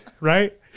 Right